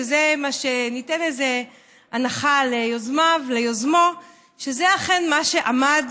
ניתן איזו הנחה ליוזמיו, ליוזמו, שזה אכן מה שעמד